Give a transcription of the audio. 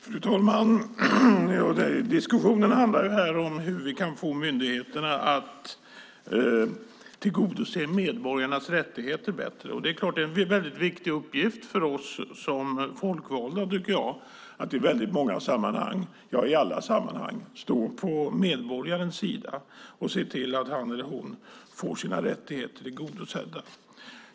Fru talman! Diskussionen handlar här om hur vi kan få myndigheterna att tillgodose medborgarnas rättigheter bättre. Det är klart att det är en viktig uppgift för oss som folkvalda att i alla sammanhang stå på medborgarens sida och se till att han eller hon får sina rättigheter tillgodosedda.